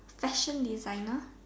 fashion designer